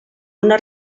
una